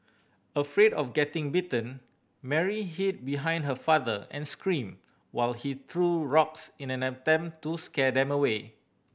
afraid of getting bitten Mary hid behind her father and screamed while he threw rocks in an attempt to scare them away